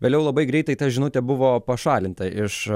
vėliau labai greitai ta žinutė buvo pašalinta iš